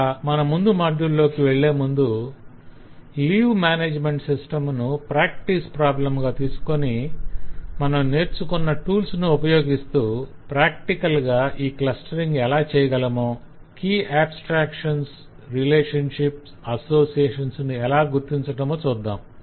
ఇక మన ముందు మాడ్యుల్ లోకి వెళ్ళేముందు లీవ్ మేనేజ్మెంట్ సిస్టం ను ప్రాక్టీసు ప్రాబ్లం గా తీసుకొని మనం నేర్చుకున్న టూల్స్ ని ఉపయోగిస్తూ ప్రాక్టికల్ గా ఈ క్లస్టరింగ్ ఎలా చేయగలమో కీ ఆబ్స్త్రాక్షన్స్ రిలేషన్షిప్స్ అసోసియేషన్స్ ను ఎలా గుర్తించటమో చూద్దాం